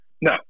No